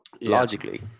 logically